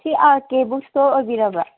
ꯁꯤ R K book store ꯑꯣꯏꯕꯤꯔꯕ꯭ꯔꯣ